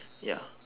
ya